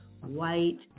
white